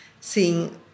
seeing